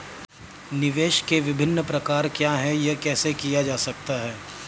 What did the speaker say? निवेश के विभिन्न प्रकार क्या हैं यह कैसे किया जा सकता है?